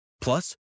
Plus